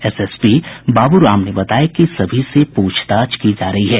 SSP Babu Ram ने बताया कि सभी से पूछताछ की जा रही है